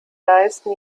leisten